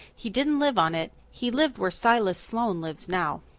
he didn't live on it. he lived where silas sloane lives now.